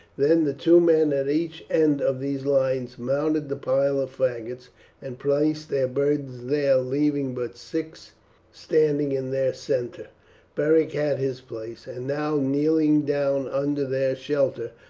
then the two men at each end of these lines mounted the pile of faggots and placed their burdens there, leaving but six standing. in their centre beric had his place, and now, kneeling down under their shelter,